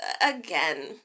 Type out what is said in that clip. again